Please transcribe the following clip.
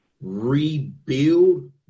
rebuild